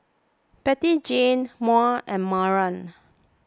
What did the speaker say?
Bettyjane Maud and Maren